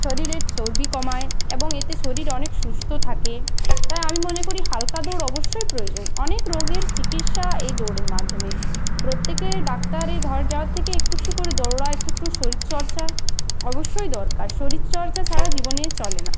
শরীরের চর্বি কমায় এবং এতে শরীর অনেক সুস্থ থাকে তাই আমি মনে করি হালকা দৌড় অবশ্যই প্রয়োজন অনেক রোগের চিকিৎসা এই দৌড়ের মাধ্যমে প্রত্যেকে ডাক্তারের ঘর যাওয়ার থেকে একটু একটু করে দৌড়া একটু একটু শরীরচর্চা অবশ্যই দরকার শরীরচর্চা ছাড়া জীবনে চলে না